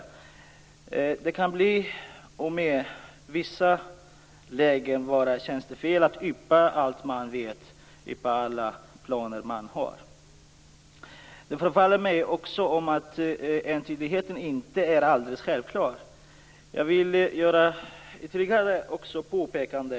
I vissa lägen kan det t.o.m. vara tjänstefel att yppa allt man vet, yppa alla planer man har. Det förefaller mig också som om entydigheten inte är alldeles självklar. Jag vill göra ytterligare ett påpekande.